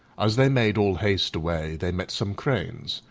as they made all haste away they met some cranes,